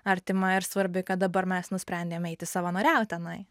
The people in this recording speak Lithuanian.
artima ir svarbi kad dabar mes nusprendėm eiti savanoriaut tenai